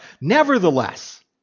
Nevertheless